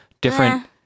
different